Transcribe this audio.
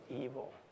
evil